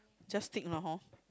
just steak lah hor